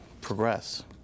progress